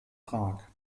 prag